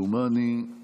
כמדומני אתה